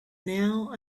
now